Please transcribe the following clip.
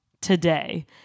today